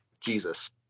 Jesus